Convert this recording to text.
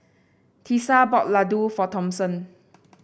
Tisa bought Ladoo for Thompson